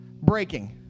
Breaking